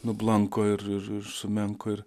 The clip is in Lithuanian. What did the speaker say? nublanko ir ir ir sumenko ir